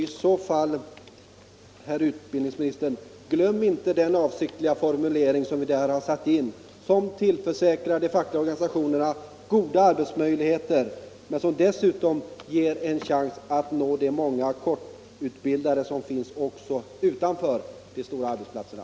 I så fall, herr utbildningsminister, glöm inte den avsiktliga formulering som vi där har satt in och som tillförsäkrar de fackliga organisationerna goda arbetsmöjligheter men som dessutom ger en chans att nå de många kortutbildade som finns också utanför de stora arbetsplatserna.